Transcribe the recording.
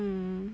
mm